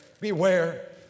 Beware